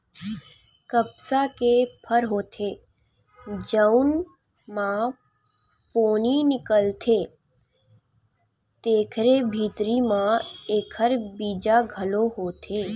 कपसा के फर होथे जउन म पोनी निकलथे तेखरे भीतरी म एखर बीजा घलो होथे